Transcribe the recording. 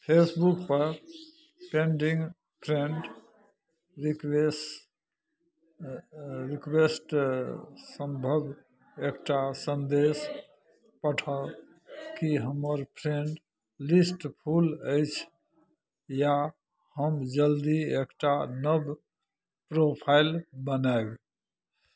फेसबुकपर pending friend request request सम्भव एकटा सन्देश पठाउ कि हमर फ्रेंड लिस्ट फुल अछि या हम जल्दी एकटा नव प्रोफाइल बनायब